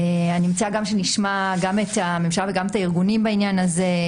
אני מציעה שנשמע גם את הממשלה וגם את הארגונים בעניין הזה.